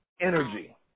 energy